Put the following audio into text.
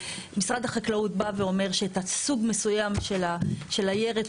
משרד החקלאות בא ואומר שאת הסוג מסוים של הירק